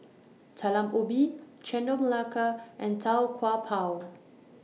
Talam Ubi Chendol Melaka and Tau Kwa Pau